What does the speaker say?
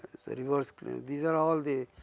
so reverse clean these are all the